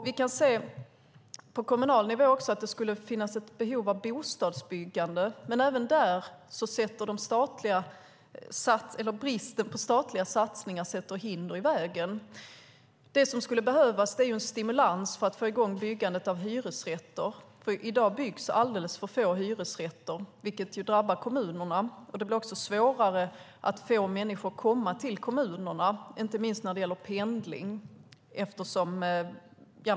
Vi kan på kommunal nivå också se att det finns ett behov av bostadsbyggande, men även där sätter bristen på statliga satsningar hinder i vägen. Det som skulle behövas är en stimulans för att få i gång byggandet av hyresrätter. I dag byggs det alldeles för få hyresrätter, vilket drabbar kommunerna. Det blir också svårare att få människor att komma till kommunerna, inte minst när det gäller pendling.